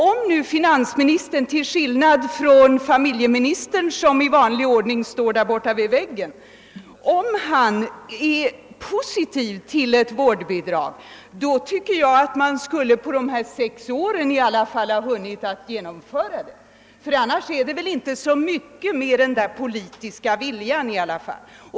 Om nu finansministern till skillnad från familjeministern är positiv till ett vårdbidrag, tycker jag att man på de här sex åren borde ha hunnit införa det. Annars är det väl inte så mycket med den politiska viljan.